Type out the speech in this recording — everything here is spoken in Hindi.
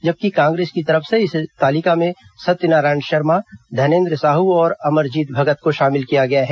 जबकि कांग्रेस की तरफ से इस तालिका में सत्यनारायण शर्मा धनेन्द्र साहू और अमरजीत भगत को शामिल किया गया है